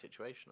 situational